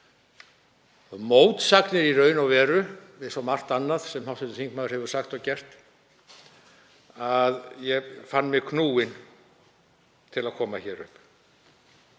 mótsagnir í raun og veru við svo margt annað sem hv. þingmaður hefur sagt og gert. Ég fann mig knúinn til að koma hingað upp.